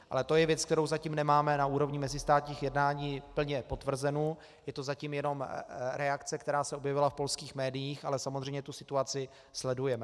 Ale to je věc, kterou zatím nemáme na úrovni mezistátních jednání plně potvrzenu, je to zatím jenom reakce, která se objevila v polských médiích, ale samozřejmě tu situaci sledujeme.